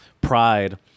pride